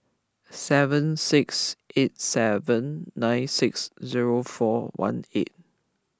seven six eight seven nine six zero four one eight